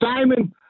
Simon